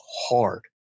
hard